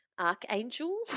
Archangel